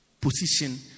position